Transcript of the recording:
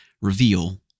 reveal